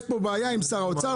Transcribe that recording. יש פה בעיה עם שר האוצר,